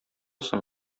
соң